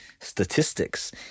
statistics